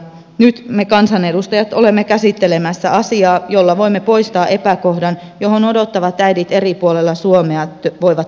nyt me kansanedustajat olemme käsittelemässä asiaa jolla voimme poistaa epäkohdan johon odottavat äidit eri puolilla suomea voivat törmätä